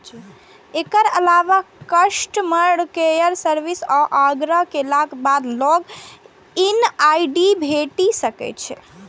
एकर अलावा customer care service सं आग्रह केलाक बाद लॉग इन आई.डी भेटि सकैए